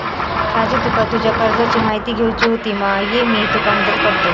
राजू तुका तुज्या कर्जाची म्हायती घेवची होती मा, ये मी तुका मदत करतय